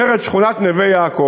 אחרת, שכונת נווה-יעקב,